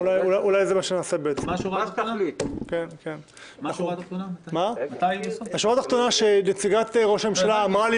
השורה התחתונה היא שנציגת ראש הממשלה אמרה לי